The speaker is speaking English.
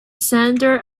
xander